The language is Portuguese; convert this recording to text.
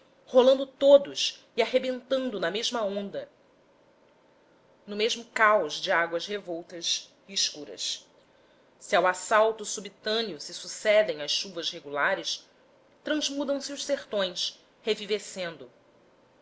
rolando todos e arrebentando na mesma onda no mesmo caos de águas revoltas e escuras se ao assalto subitâneo se sucedem as chuvas regulares transmudam se